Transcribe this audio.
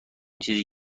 چیزی